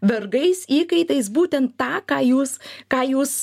vergais įkaitais būtent tą ką jūs ką jūs